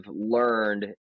learned